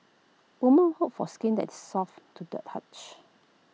women hope for skin that is soft to the touch